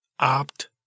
opt